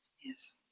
Yes